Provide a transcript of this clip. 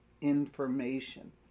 information